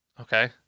Okay